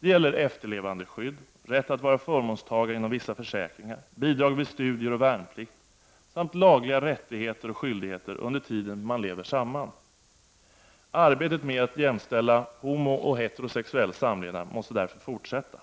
Det gäller efterlevandeskydd, rätt att vara förmånstagare inom vissa försäkringar, bidrag vid studier och värnplikt samt lagliga rättigheter och skyldigheter under tiden man lever samman. Arbetet med att jämställa homooch heterosexuell samlevnad måste därför fortsätta.